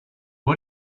why